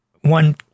one